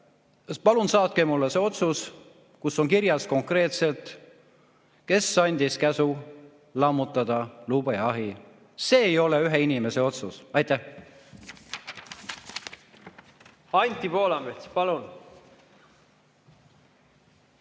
palun saatke mulle see otsus, kus on konkreetselt kirjas, kes andis käsu lammutada lubjaahi. See ei ole ühe inimese otsus. Aitäh! Anti Poolamets, palun!